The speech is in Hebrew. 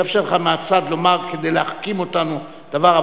אני מאפשר לך מהצד לומר כדי להחכים אותנו דבר.